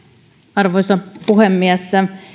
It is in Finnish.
arvoisa puhemies